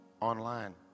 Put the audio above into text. online